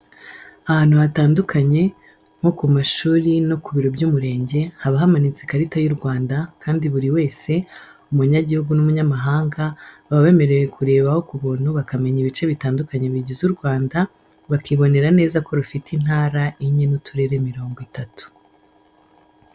Ahantu hatandukanye, nko ku mashuri no ku biro by'umurenge, haba hamanitse ikarita y'u Rwanda kandi buri wese, umunyagihugu n'umunyamahanga, baba bemerewe kurebaho ku buntu bakamenya ibice bitandukanye bigize u Rwanda, bakibonera neza ko rufite intara enye n'uturere mirongo itatu.